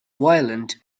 violent